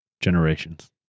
generations